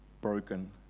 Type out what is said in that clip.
broken